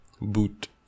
boot